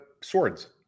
swords